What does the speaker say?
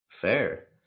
Fair